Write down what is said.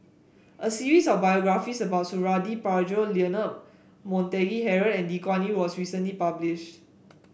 a series of biographies about Suradi Parjo Leonard Montague Harrod and Lee Kuan Yew was recently published